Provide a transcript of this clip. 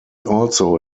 also